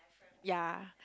ya